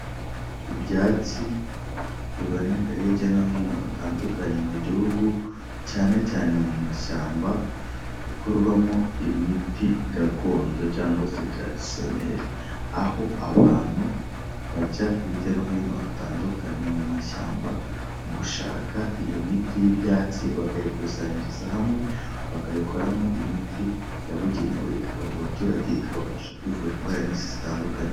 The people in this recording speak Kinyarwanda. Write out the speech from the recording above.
Ibyatsi biboneka hirya no hino hatandukanye mu gihugu, cyane cyane mu mashyamba, bikorwamo imiti gakondo cyangwa se taradisiyoneri. Aho abantu bajya hirya no hino hatandukanye mu mashyamba, gushaka iyo miti y'ibyatsi bakayikusanyiriza hamwe, bakayikoramo imiti yabugenewe, igahabwa abaturage, ikabafasha kwivura indwara nyinshi zitandukanye.